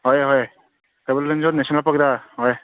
ꯍꯣꯏ ꯍꯣꯏ ꯀꯩꯕꯨꯜ ꯂꯝꯖꯥꯎ ꯅꯦꯁꯅꯦꯜ ꯄꯥꯛꯇ ꯍꯣꯏ